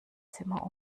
zimmer